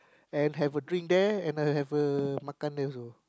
and have a drink there and have a makan there also